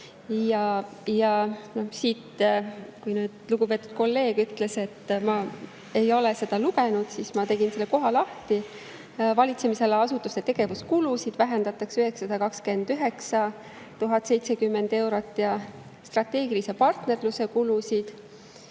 arutatud. Kui nüüd lugupeetud kolleeg ütles, et ma ei ole seda lugenud, siis ma tegin selle koha lahti. Valitsemisala asutuste tegevuskulusid vähendatakse 929 070 eurot, [vähendatakse ka] strateegilise partnerluse kulusid